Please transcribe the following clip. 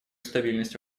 стабильность